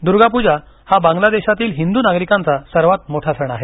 दुर्गा पूजा हा बांगलादेशातील हिंदू नागरिकांचा सर्वांत मोठा सण आहे